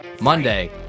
Monday